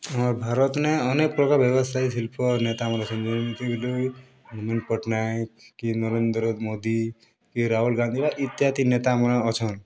ଆମର୍ ଭାରତ୍ ନେ ଅନେକ୍ ପ୍ରକାର ବ୍ୟବସାୟୀ ଶିଳ୍ପ ନେତାମାନେ ଅଛନ୍ତି ଯେମିତିକି ନବୀନ ପଟ୍ଟନାୟକ କି ନରେନ୍ଦ୍ର ମୋଦି କି ରାହୁଲ ଗାନ୍ଧୀ ଇତ୍ୟାଦି ନେତାମାନେ ଅଛନ୍